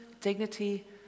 dignity